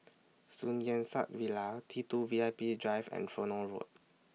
Sun Yat Sen Villa T two V I P Drive and Tronoh Road